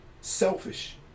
selfish